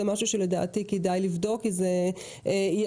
זה משהו שלדעתי כדאי לבדוק כי זה ישפיע